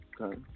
Okay